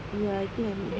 ya I think I meet her